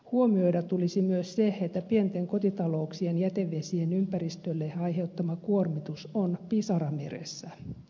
huomioida tulisi myös se että pienten kotitalouksien jätevesien ympäristölle aiheuttama kuormitus on pisara meressä